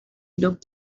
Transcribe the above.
looked